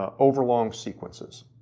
ah overlong sequences.